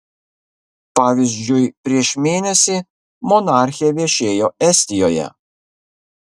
pavyzdžiui prieš mėnesį monarchė viešėjo estijoje